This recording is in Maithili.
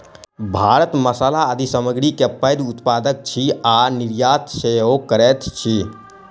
भारत मसाला आदि सामग्री के पैघ उत्पादक अछि आ निर्यात सेहो करैत अछि